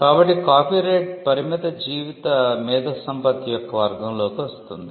కాబట్టి కాపీరైట్ పరిమిత జీవిత మేధో సంపత్తి యొక్క వర్గంలోకి వస్తుంది